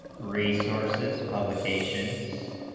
resources publications